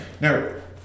Now